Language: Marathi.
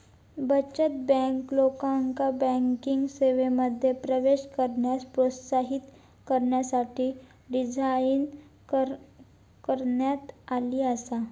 बचत बँक, लोकांका बँकिंग सेवांमध्ये प्रवेश करण्यास प्रोत्साहित करण्यासाठी डिझाइन करण्यात आली आसा